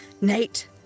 Nate